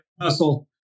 hustle